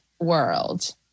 world